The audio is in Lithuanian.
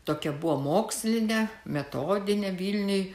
tokia buvo mokslinė metodinė vilniuje